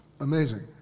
Amazing